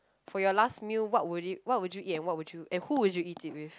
for your last meal what would you what would you eat and what would you and who will you eat it with